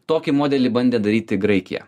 tokį modelį bandė daryti graikija